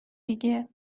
دیگه